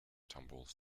tumbles